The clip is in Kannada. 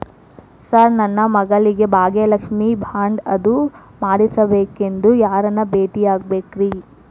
ಸರ್ ನನ್ನ ಮಗಳಿಗೆ ಭಾಗ್ಯಲಕ್ಷ್ಮಿ ಬಾಂಡ್ ಅದು ಮಾಡಿಸಬೇಕೆಂದು ಯಾರನ್ನ ಭೇಟಿಯಾಗಬೇಕ್ರಿ?